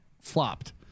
flopped